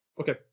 Okay